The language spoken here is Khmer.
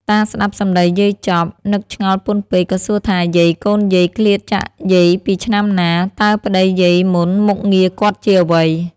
តាស្ដាប់សំដីយាយចប់ នឹកឆ្ងល់ពន់ពេកក៏សួរថា យាយ កូនយាយ ឃ្លាតចាកយាយពីឆ្នាំណា តើប្ដីយាយមុនមុខងារគាត់ជាអ្វី ។